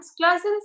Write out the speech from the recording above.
classes